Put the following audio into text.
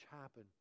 happen